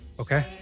okay